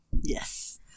Yes